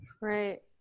Right